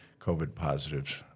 COVID-positives